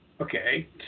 Okay